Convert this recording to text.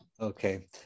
Okay